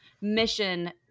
mission